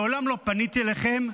מעולם לא פניתי אליכם.